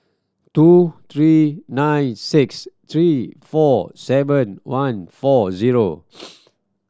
two three nine six three four seven one four zero